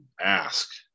ask